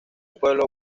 pueblo